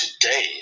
today